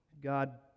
God